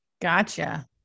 Gotcha